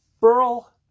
Burl